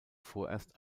vorerst